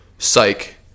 Psych